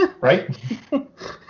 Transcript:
Right